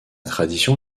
tradition